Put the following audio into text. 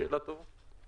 שאלה טובה.